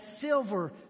silver